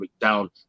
down